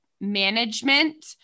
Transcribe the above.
management